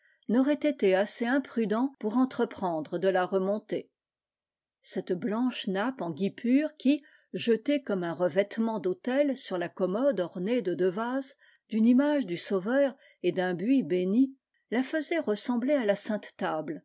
n'aurait été assez imprudent pour entreprendre de la remonter cette blanche nappe en guipure qui jetée comme un revêtement d'autel sur la commode ornée de deux vases d'une image du sauveur et d'un buis bénit la faisait ressembler à la sainte